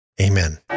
Amen